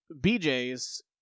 BJ's